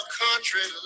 country